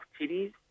Titties